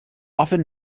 often